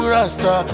Rasta